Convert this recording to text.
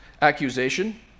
accusation